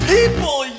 People